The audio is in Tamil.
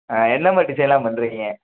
என்ன மாதிரி டிசைன்லாம் பண்ணுறீங்க